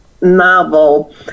novel